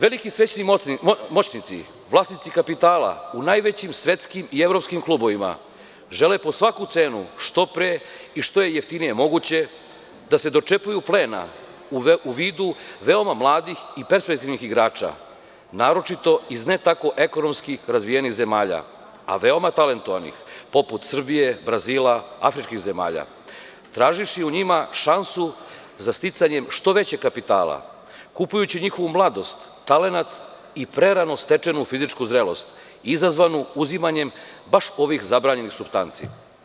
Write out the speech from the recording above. Veliki svetski moćnici, vlasnici kapitala u najvećim svetskim i evropskim klubovima, žele po svaku cenu, što pre i što je jeftinije moguće da se dočepaju plena u vidu veoma mladih i perspektivnih igrača, naročito iz ne tako ekonomski razvijenih zemalja, a veoma talentovanih, poput Srbije, Brazila, afričkih zemalja, traživši u njima šansu za sticanje što većeg kapitala, kupujući njihovu mladost, talenat i prerano stečenu fizičku zrelost izazvanu uzimanjem baš ovih zabranjenih supstanci.